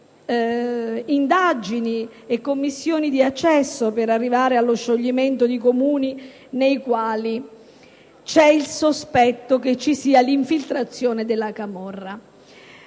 avviate indagini e commissioni di accesso per arrivare allo scioglimento dei Comuni nei quali c'è il sospetto che ci sia l'infiltrazione della camorra.